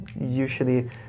usually